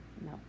no